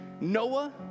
Noah